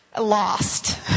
lost